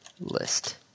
List